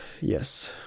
yes